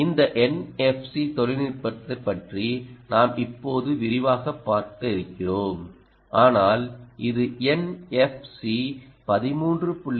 இந்த NFC தொழில்நுட்பத்தைப் பற்றி நாம் இப்போது விரிவாகப் பார்க்க இருக்கிறோம் ஆனால் இது NFC 13